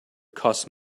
costs